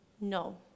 No